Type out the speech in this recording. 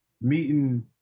meeting